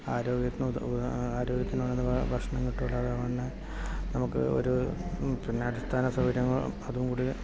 ആരോഗ്യത്തിന് ഉത ആരോഗ്യത്തിന് ഉതകുന്ന ഭക്ഷണം കിട്ടില്ല അതേപോലെ തന്നെ നമുക്ക് ഒരു പിന്നെ അടിസ്ഥാന സൗകര്യങ്ങൾ അതും കൂടി